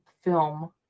film